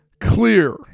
clear